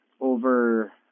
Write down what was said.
over